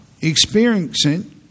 experiencing